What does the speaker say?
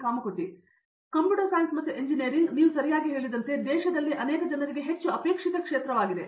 ಕಾಮಕೋಟಿ ಆದ್ದರಿಂದ computer science ಮತ್ತು engineering ನೀವು ಸರಿಯಾಗಿ ಹೇಳಿದಂತೆ ದೇಶದಲ್ಲಿ ಅನೇಕ ಜನರಿಗೆ ಹೆಚ್ಚು ಅಪೇಕ್ಷಿತ ಕ್ಷೇತ್ರವಾಗಿದೆ